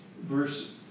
Verse